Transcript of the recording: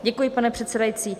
Děkuji, pane předsedající.